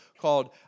called